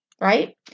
Right